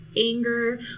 anger